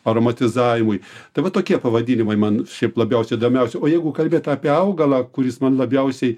aromatizavimui tai va tokie pavadinimai man šiaip labiausiai įdomiausi o jeigu kalbėt apie augalą kuris man labiausiai